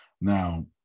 Now